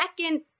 second